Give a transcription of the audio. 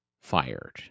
fired